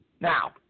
Now